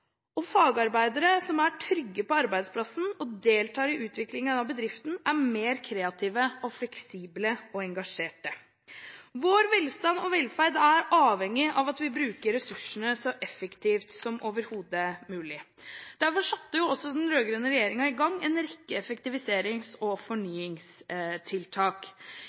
Fagarbeidere som er trygge på arbeidsplassen og deltar i utviklingen av bedriften, er mer kreative, fleksible og engasjerte. Vår velstand og velferd er avhengig av at vi bruker ressursene så effektivt som overhodet mulig. Derfor satte den rød-grønne regjeringen i gang en rekke effektiviserings- og fornyingstiltak.